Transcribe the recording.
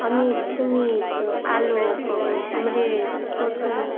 Amit Sumit Alok Amrish Chhotu